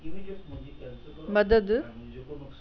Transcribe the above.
मदद